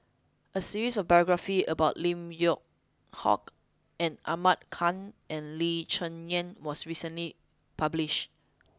a series of biographies about Lim Yew Hock Ahmad Khan and Lee Cheng Yan was recently published